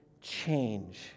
change